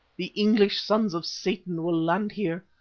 the english sons of satan will land here.